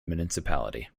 municipality